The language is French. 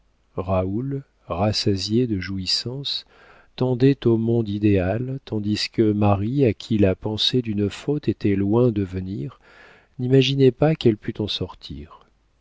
raoul rassasié de jouissances tendait au monde idéal tandis que marie à qui la pensée d'une faute était loin de venir n'imaginait pas qu'elle pût en sortir